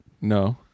no